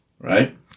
right